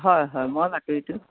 হয় হয় মই বাতৰিটো